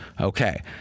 Okay